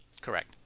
Correct